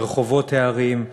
ברחובות הערים,